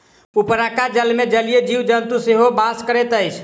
उपरका जलमे जलीय जीव जन्तु सेहो बास करैत अछि